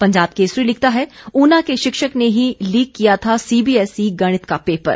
पंजाब केसरी लिखता है ऊना के शिक्षक ने ही लीक किया था सीबीएसई गणित का पेपर